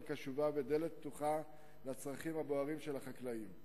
קשובה ודלת פתוחה לצרכים הבוערים של החקלאים.